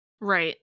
Right